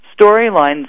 storylines